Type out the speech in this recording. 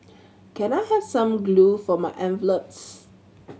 can I have some glue for my envelopes